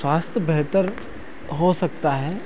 स्वास्थ बेहतर हो सकता है